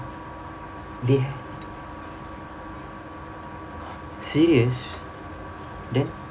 they serious then